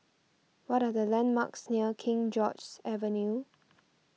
what are the landmarks near King George's Avenue